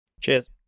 Cheers